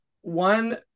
one